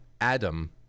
Adam